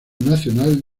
nacional